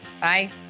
Bye